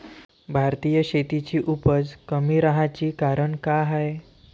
भारतीय शेतीची उपज कमी राहाची कारन का हाय?